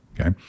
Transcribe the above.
Okay